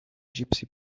gypsy